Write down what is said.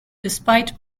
despite